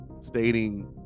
Stating